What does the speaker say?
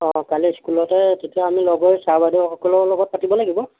অঁ কাইলৈ স্কুলতে তেতিয়া আমি লগ হৈ চাৰ বাইদেউসকলৰ লগত পাতিব লাগিব